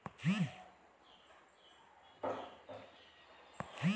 Censor ఆధారిత నీటిపారుదల వ్యవస్థ గురించి తెల్పండి?